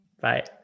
Bye